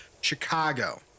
Chicago